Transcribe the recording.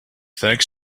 thanks